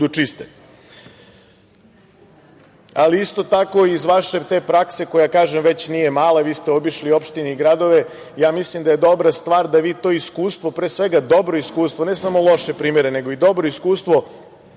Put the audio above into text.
čiste. Isto tako, iz vaše te prakse koja, kažem, već nije mala i vi ste obišli opštine i gradove, ja mislim da je dobra stvar da vi to iskustvo, pre svega dobro iskustvo, ne samo loše primere, nego i dobro iskustvo,